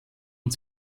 und